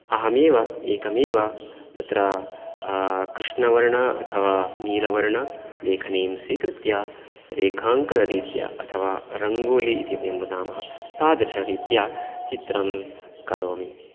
अहमेव एकमेव तत्र कृष्णवर्ण अथवा नीलवर्ण लेखनीं स्वीकृत्य रेखाङ्कनरीत्या अथवा रङ्गोलि इति यद्वयं वदामः तादृश रीत्या चित्रं करोमि